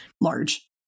large